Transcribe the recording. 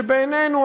שבעינינו,